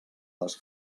les